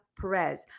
Perez